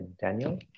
Daniel